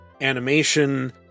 animation